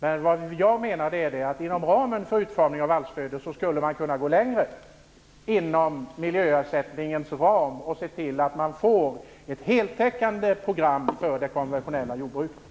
Men vad jag menar är att man inom ramen för utformningen av vallstödet skulle man kunna gå längre inom miljöersättningens ram och se till att man får ett heltäckande program för det konventionella jordbruket.